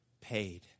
paid